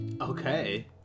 Okay